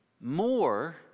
more